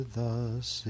thus